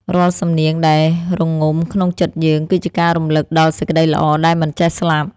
រាល់សំនៀងដែលរងំក្នុងចិត្តយើង គឺជាការរំលឹកដល់សេចក្ដីល្អដែលមិនចេះស្លាប់។